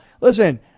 listen